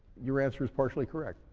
your answer is partially correct,